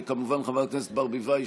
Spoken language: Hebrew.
וכמובן חברת הכנסת ברביבאי,